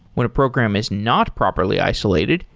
when a program is not properly isolated,